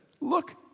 look